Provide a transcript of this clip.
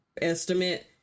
estimate